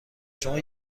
شما